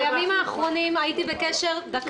בימים האחרונים הייתי בקשר גם